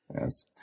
Yes